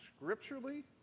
scripturally